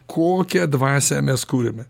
kokią dvasią mes kūriame